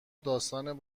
داستان